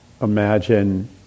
imagine